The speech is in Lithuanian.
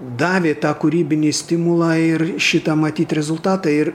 davė tą kūrybinį stimulą ir šitą matyt rezultatą ir